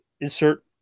insert